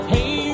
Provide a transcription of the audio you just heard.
Hey